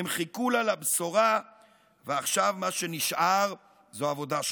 הם חיכו לה לבשורה / ועכשיו מה שנשאר זו עבודה שחורה".